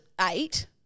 eight